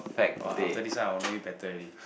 !wah! after this one I will know you better already